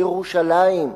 ירושלים.